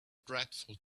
dreadful